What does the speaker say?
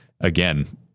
again